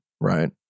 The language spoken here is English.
right